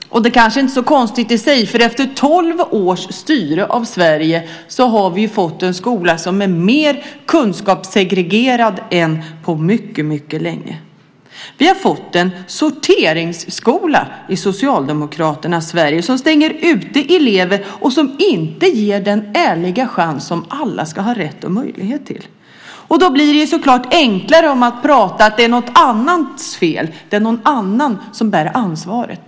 Det kanske inte är så konstigt i sig, för efter tolv års styre av Sverige har vi ju fått en skola som är mer kunskapssegregerad än på mycket, mycket länge. Vi har fått en sorteringsskola i Socialdemokraternas Sverige som stänger ute elever och som inte ger den ärliga chans som alla ska ha rätt och möjlighet till. Då blir det ju så klart enklare att prata om att det är någon annans fel, att det är någon annan som bär ansvaret.